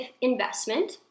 investment